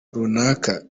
runaka